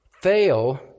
fail